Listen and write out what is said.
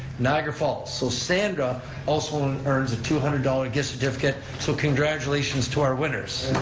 niagara falls. so, sandra also and earns a two hundred dollars gift certificate, so congratulations to our winners.